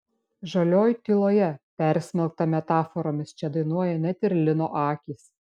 žalioj tyloje persmelkta metaforomis čia dainuoja net ir lino akys